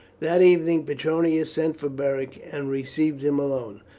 that evening petronius sent for beric, and received him alone.